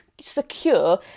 secure